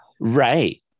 right